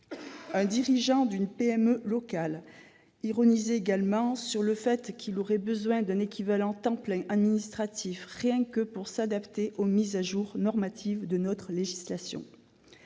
Un dirigeant d'une PME locale ironisait également sur le fait qu'il aurait besoin d'un équivalent temps plein administratif uniquement pour s'adapter aux mises à jour normatives de notre législation